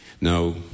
No